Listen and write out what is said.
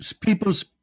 people's